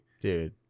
Dude